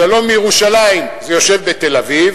"שלום מירושלים" זה יושב בתל-אביב,